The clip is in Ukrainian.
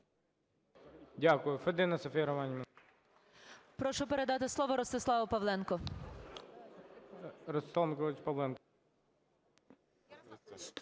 Дякую.